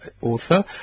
author